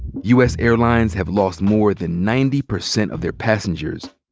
u. s. airlines have lost more than ninety percent of their passengers,